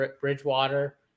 Bridgewater